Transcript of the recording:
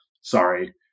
sorry